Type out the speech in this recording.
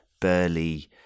burly